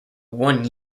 one